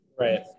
Right